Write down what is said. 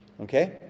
Okay